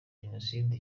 jenoside